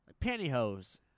pantyhose